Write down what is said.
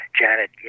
Janet